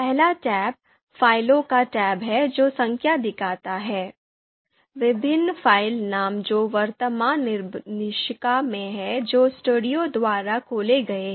पहला टैब 'फ़ाइलों का टैब है जो संख्या दिखाता है विभिन्न फ़ाइल नाम जो वर्तमान निर्देशिका में हैं जो स्टैडियो द्वारा खोले गए हैं